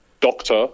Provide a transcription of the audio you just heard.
Doctor